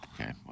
okay